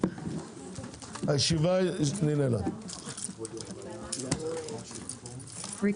הישיבה ננעלה בשעה 12:30.